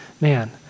man